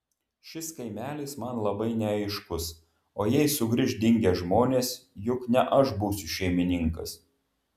šis kaimelis man labai neaiškus o jei sugrįš dingę žmonės juk ne aš būsiu šeimininkas